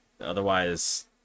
Otherwise